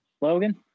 Logan